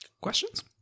Questions